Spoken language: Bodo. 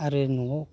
आरो न'आव